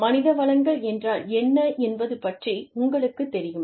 மனித வளங்கள் என்றால் என்ன என்பது பற்றி உங்களுக்குத் தெரியும்